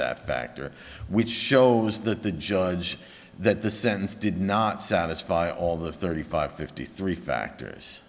that factor which shows that the judge that the sentence did not satisfy all the thirty five fifty three factors